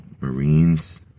Marines